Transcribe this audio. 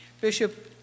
Bishop